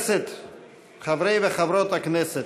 חברי וחברות הכנסת,